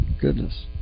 Goodness